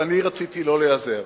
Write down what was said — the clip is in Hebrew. ואני רציתי לא להיעזר.